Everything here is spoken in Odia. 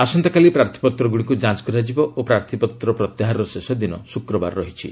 ଆସନ୍ତାକାଲି ପ୍ରାର୍ଥପତ୍ରଗୁଡିକୁ ଯାଞ୍ଚ କରାଯିବ ଓ ପ୍ରାର୍ଥପତ୍ର ପ୍ରତ୍ୟାହାରର ଶେଷ ଦିନ ଶୁକ୍ରବାର ରହିଛି